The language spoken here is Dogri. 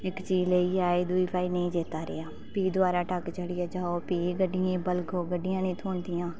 इक चीज लेइयै आए ते दूई भाई नेईं चेता रेहा फ्ही दुबारा ढक्क चढ़ियै जाना फ्ही गड्डी गी बलगो गड्डियां नेईं थ्होदिंया